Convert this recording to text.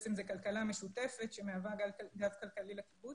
בעצם זו כלכלה משותפת שמהווה גב כלכלי לקיבוץ.